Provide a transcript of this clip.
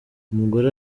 umugore